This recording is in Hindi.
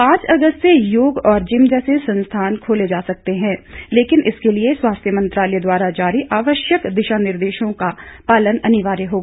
पांच अगस्त से योग और जिम जैसे संस्थान खोले जा सकते हैं लेकिन इनके लिए स्वास्थ्य मंत्रालय द्वारा जारी आवश्यक दिशा निर्देशों का पालन अनिवार्य होगा